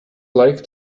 like